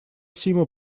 сима